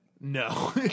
No